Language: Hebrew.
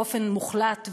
באופן מוחלט,